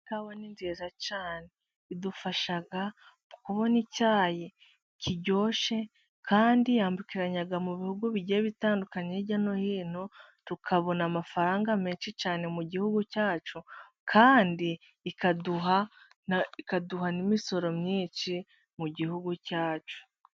Ikawa ni nziza cyane. Idufasha kubona icyayi kiryoshye, kandi yambukiranya mu bihugu bigiye bitandukanye hirya no hino, tukabona amafaranga menshi cyane mu gihugu cyacu, kandi ikaduha, ikaduha n'imisoro myinshi mu gihugu cyacu.